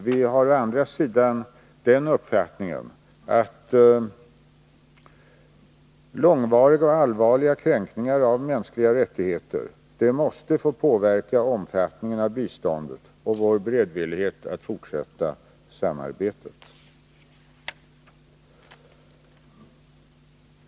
Vi har den uppfattningen att långvariga och allvarliga kränkningar av mänskliga rättigheter måste få påverka omfattningen av biståndet och vår beredvillighet att fortsätta samarbetet.